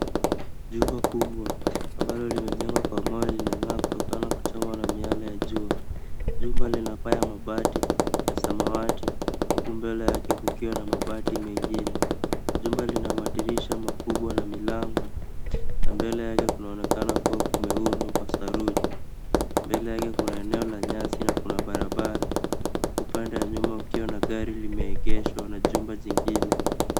Nyumba kubwa ambayo limejengwa kutokana na mawe linang'aa kuchomwa na miale ya jua. Nyumba lina paa ya mabati ya samawati huku mbele yake kukiwa na mabati mengine. Jumba lina madirisha makubwa na milango na mbele yake kunaonekana kuwa kumeundwa kwa saruji. Mbele yake kuna eneo la nyasi na kuna barabara huku wa nyuma ukiwa na gari limeegeshwa na jumba jingine.